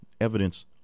evidence